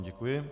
Děkuji.